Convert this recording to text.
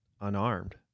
unarmed